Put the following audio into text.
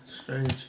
strange